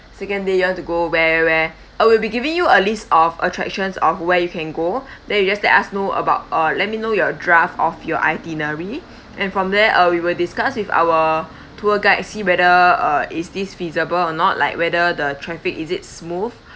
second day you want to go where where where I will be giving you a list of attractions of where you can go then you just let us know about uh let me know your draft of your itinerary and from there uh we will discuss with our tour guide see whether uh is this feasible or not like whether the traffic is it smooth